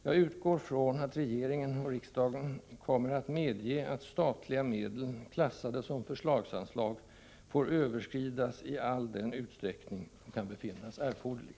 Jag utgår från att regeringen — och riksdagen — kommer att medge att statliga medel klassade som förslagsanslag får överskridas i all den utsträckning som kan befinnas erforderlig.